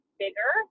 bigger